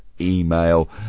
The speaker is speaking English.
email